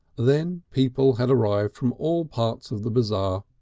then people had arrived from all parts of the bazaar.